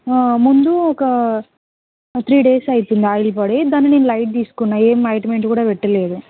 ముందు ఒక three days అవుతుంది ఆయిల్ పడి దాన్ని నేను లైట్ తీసుకున్నాను ఏం ఆయింట్మెంట్ కూడా పెట్టలేదు